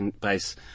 base